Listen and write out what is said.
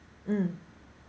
mm